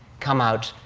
come out,